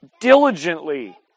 diligently